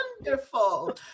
wonderful